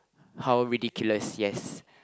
how ridiculous yes